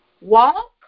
Walk